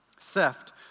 theft